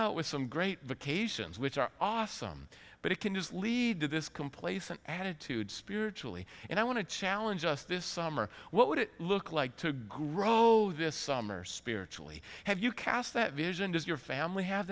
out with some great the cations which are awesome but it can use lead to this complacent attitude spiritually and i want to challenge us this summer what would it look like to grow this summer spiritually have you cast that vision does your family have